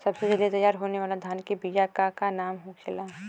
सबसे जल्दी तैयार होने वाला धान के बिया का का नाम होखेला?